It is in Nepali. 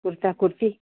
कुर्ता कुर्ती